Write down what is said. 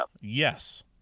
Yes